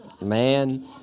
man